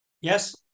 Yes